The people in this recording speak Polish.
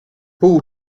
pół